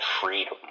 freedom